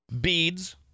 Beads